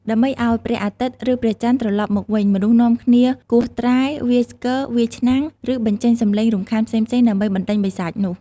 ដើម្បីឲ្យព្រះអាទិត្យ ឬព្រះច័ន្ទត្រលប់មកវិញ មនុស្សនាំគ្នាគោះត្រែ វាយស្គរ វាយឆ្នាំង ឬបញ្ចេញសម្លេងរំខានផ្សេងៗដើម្បីបណ្ដេញបិសាចនោះ ។